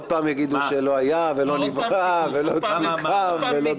עוד פעם יגידו שלא היה ולא נברא ולא סוכם ולא דובר.